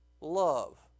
love